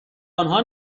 انها